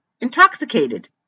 Intoxicated